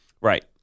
Right